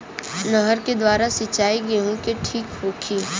नहर के द्वारा सिंचाई गेहूँ के ठीक होखि?